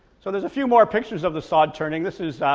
so there's a few more pictures of the sod turning this is